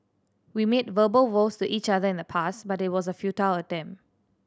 we made verbal vows to each other in the past but it was a futile attempt